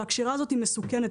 הקשירה הזאת מסוכנת,